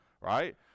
right